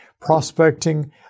Prospecting